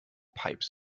pipe